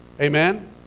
Amen